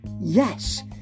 Yes